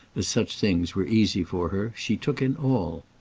as such things were easy for her, she took in all.